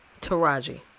Taraji